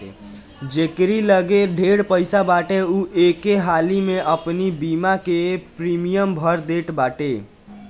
जकेरी लगे ढेर पईसा बाटे उ एके हाली में अपनी बीमा के प्रीमियम भर देत बाटे